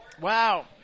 Wow